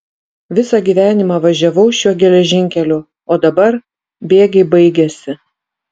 visą gyvenimą važiavau šiuo geležinkeliu o dabar bėgiai baigėsi